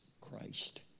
Christ